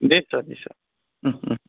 নিশ্চয় নিশ্চয়